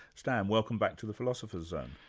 stan, welcome back to the philosopher's zone.